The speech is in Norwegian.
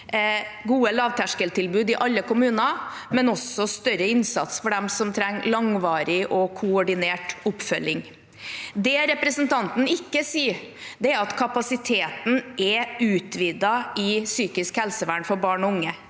gode lavterskeltilbud i alle kommuner, men også større innsats for dem som trenger langvarig og koordinert oppfølging. Det representanten ikke sier, er at kapasiteten er utvidet i psykisk helsevern for barn og unge.